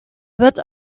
wird